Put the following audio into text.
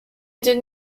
did